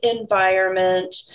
environment